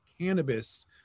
cannabis